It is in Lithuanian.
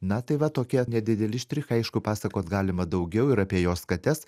na tai va tokie nedideli štrichai aišku pasakot galima daugiau ir apie jos kates